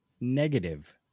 Negative